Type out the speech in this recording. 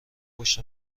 پشت